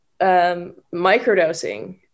microdosing